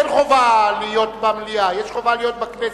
אין חובה להיות במליאה, יש חובה להיות בכנסת.